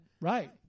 Right